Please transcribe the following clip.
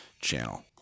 channel